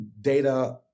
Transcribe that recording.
data